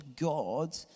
God